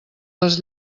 les